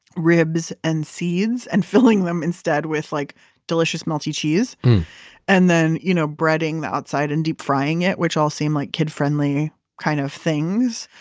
ribs and seeds and filling them instead with like delicious melty cheese and then you know breading the outside and deep frying it, which all seem like kid friendly kind of things.